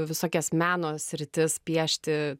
visokias meno sritis piešti